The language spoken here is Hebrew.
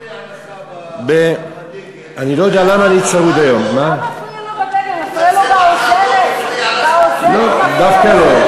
מפריע לו בדגל, מפריע לו בעוזרת, בעוזרת מפריע לו.